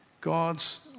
God's